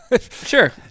Sure